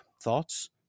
thoughts